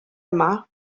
yma